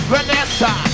Vanessa